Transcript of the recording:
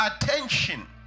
attention